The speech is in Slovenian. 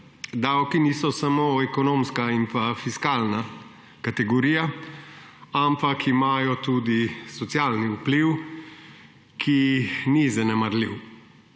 davki niso samo ekonomska in fiskalna kategorija, ampak imajo tudi socialni vpliv, ki ni zanemarljiv.